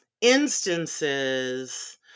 instances